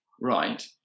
right